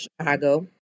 Chicago